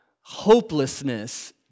hopelessness